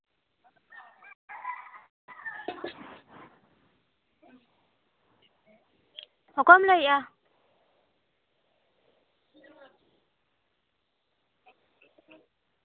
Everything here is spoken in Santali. ᱚᱠᱚᱭᱮᱢ ᱞᱟᱹᱭᱮᱫᱼᱟ